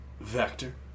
Vector